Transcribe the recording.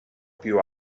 più